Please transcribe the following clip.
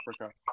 Africa